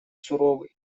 суровый